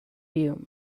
you